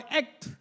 act